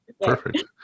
Perfect